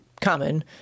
common